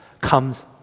comes